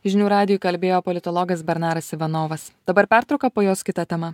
žinių radijui kalbėjo politologas bernaras ivanovas dabar pertrauka po jos kita tema